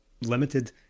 limited